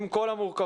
עם כל המורכבות.